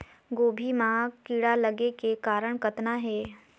गोभी म कीड़ा लगे के कारण कतना हे?